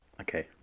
Okay